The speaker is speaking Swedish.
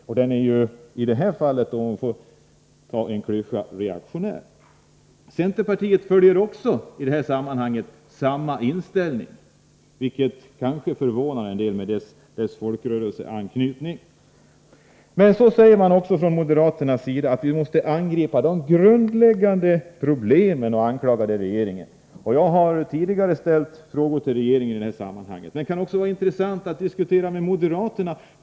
Den är i det här fallet — om jag får använda en klyscha — reaktionär. Även centerpartiet har i det här sammanhanget samma inställning, vilket kanske förvånar en del med tanke på det partiets folkrörelseanknytning. Från moderaternas sida säger man emellertid också att vi måste angripa de grundläggande problemen, och regeringen anklagas. Jag har tidigare ställt frågor till regeringen i detta sammanhang. Men det kunde vara intressant att också diskutera detta med moderaterna.